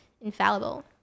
infallible